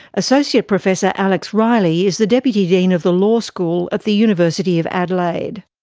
associate professor alex reilly is the deputy dean of the law school at the university of adelaide.